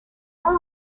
only